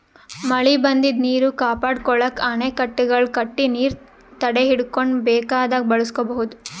ಮಳಿ ಬಂದಿದ್ದ್ ನೀರ್ ಕಾಪಾಡ್ಕೊಳಕ್ಕ್ ಅಣೆಕಟ್ಟೆಗಳ್ ಕಟ್ಟಿ ನೀರ್ ತಡೆಹಿಡ್ಕೊಂಡ್ ಬೇಕಾದಾಗ್ ಬಳಸ್ಕೋಬಹುದ್